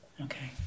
Okay